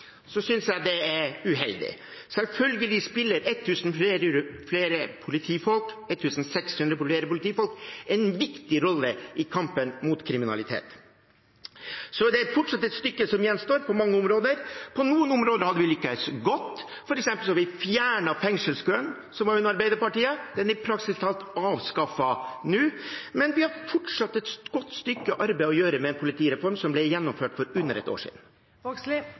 uheldig. Selvfølgelig spiller 1 600 flere politifolk en viktig rolle i kampen mot kriminalitet. Det er fortsatt et stykke som gjenstår på mange områder. På noen områder har vi lyktes godt. For eksempel har vi fjernet fengselskøen som var under Arbeiderpartiet. Den er praktisk talt avskaffet nå. Men vi har fortsatt et godt stykke arbeid å gjøre med en politireform som ble gjennomført for under et år